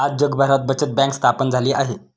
आज जगभरात बचत बँक स्थापन झाली आहे